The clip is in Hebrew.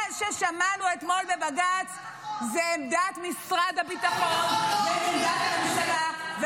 מה ששמענו אתמול בבג"ץ זה עמדת משרד הביטחון ועמדת הממשלה.